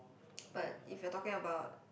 but if you're talking about